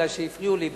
כי הפריעו לי באמצע.